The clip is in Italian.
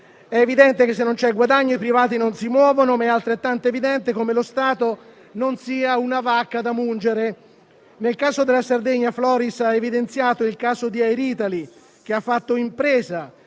È evidente che se non c'è guadagno i privati non si muovono, ma lo è altrettanto che lo Stato non è una vacca da mungere. Nel caso della Sardegna, il senatore Floris ha evidenziato il caso di Air Italy, che ha fatto impresa,